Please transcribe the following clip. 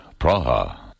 Praha